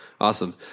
Awesome